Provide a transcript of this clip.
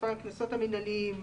מספר הקנסות המינהליים,